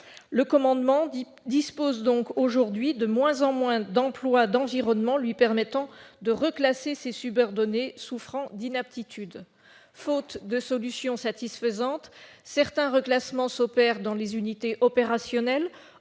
le commandement dispose donc de moins en moins d'emplois d'environnement lui permettant de reclasser ses subordonnés souffrant d'inaptitude. Faute de solution satisfaisante, certains reclassements s'opèrent dans les unités opérationnelles,